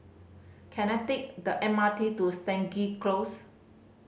can I take the M R T to Stangee Close